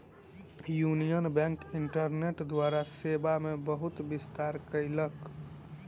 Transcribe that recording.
union bank internet द्वारा सेवा मे बहुत विस्तार कयलक